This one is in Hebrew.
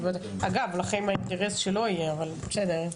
אגב, לכם האינטרס שלא יהיה, אבל בסדר.